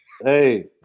Hey